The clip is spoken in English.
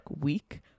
week